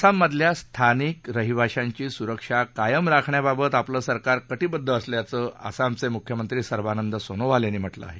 आसाममधल्या स्थानिक रहिवाशांची सुरक्षा कायम राखण्याबाबत आपलं सरकार कटीबद्व असल्याचं आसामचे मुख्यमंत्री सर्वानंद सोनोवाल यांनी म्हटलं आहे